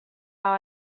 how